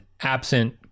absent